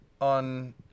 on